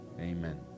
Amen